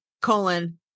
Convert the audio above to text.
colon